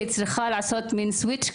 היא צריכה לעשות מין סוויץ',